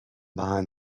behind